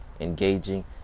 engaging